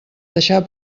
deixar